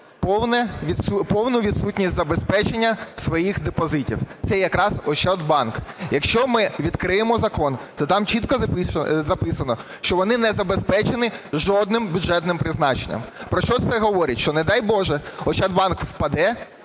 повну відсутність забезпечення своїх депозитів – це якраз "Ощадбанк". Якщо ми відкриємо закон, то там чітко записано, що вони не забезпечені жодним бюджетним призначенням. Про що ж це говорить? Про те, що, не дай Боже, "Ощадбанк" впаде,